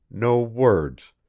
no words,